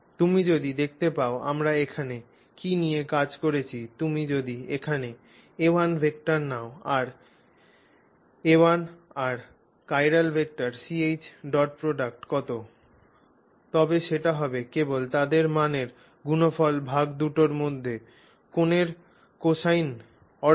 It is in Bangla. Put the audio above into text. তুমি যদি দেখতে পাও আমরা এখানে কী নিয়ে কাজ করছি তুমি যদি এখানে a1 ভেক্টর নাও আর a1 আর চিরাল ভেক্টর Ch ডট প্রোডাক্ট কত তবে সেটা হবে কেবল তাদের মানের গুনফল ভাগ দুটির মধ্যে কোণের কোসাইন অর্থাৎ